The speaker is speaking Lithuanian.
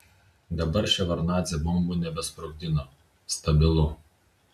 dabar ševardnadzė bombų nebesprogdina stabilu